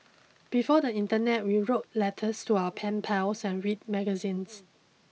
before the internet we wrote letters to our pen pals and read magazines